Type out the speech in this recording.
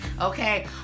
Okay